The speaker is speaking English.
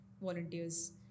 volunteers